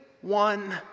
one